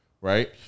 right